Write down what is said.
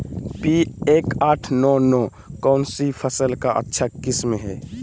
P एक आठ नौ नौ कौन सी फसल का अच्छा किस्म हैं?